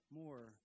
more